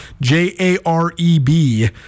J-A-R-E-B